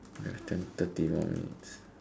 we have ten thirty more minutes